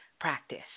practice